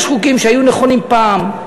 יש חוקים שהיו נכונים פעם,